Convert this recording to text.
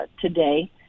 today